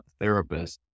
therapist